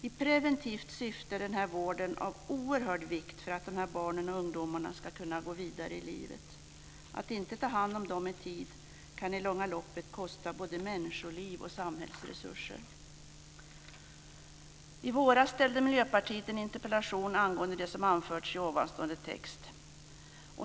I preventivt syfte är denna vård av oerhörd vikt för att dessa barn och ungdomar ska kunna gå vidare i livet. Att inte ta hand om dem i tid kan i långa loppet kosta både människoliv och samhällsresurser. I våras ställde Miljöpartiet en interpellation angående det som nu anförts.